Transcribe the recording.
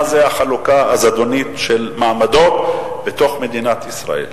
מה החלוקה הזדונית של מעמדות בתוך מדינת ישראל?